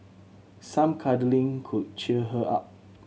some cuddling could cheer her up